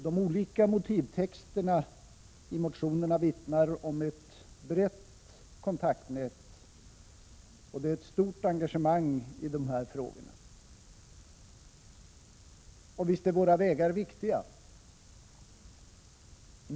De olika motivtexterna i motionerna vittnar om ett brett kontaktnät, och det är inte litet engagemang i de här frågorna. Och visst är våra vägar viktiga.